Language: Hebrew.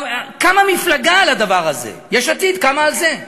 קמה מפלגה על הדבר הזה, יש עתיד קמה על זה,